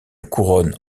couronne